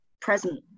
present